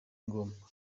ngombwa